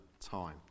time